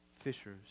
Fishers